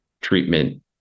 treatment